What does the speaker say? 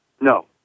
No